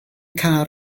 car